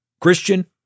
Christian